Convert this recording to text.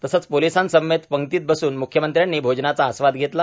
तसेच पोलीसांसमवेत पंगतीत बसून मुख्यमंत्र्यांनी भोजनाचा आस्वाद घेतला